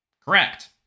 Correct